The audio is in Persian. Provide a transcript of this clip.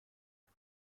بچه